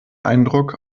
eindruck